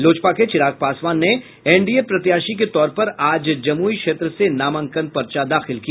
लोजपा के चिराग पासवान ने एनडीए प्रत्याशी के तौर पर आज जमुई क्षेत्र से नामांकन पर्चा दाखिल किया